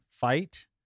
fight